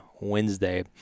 Wednesday